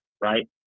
right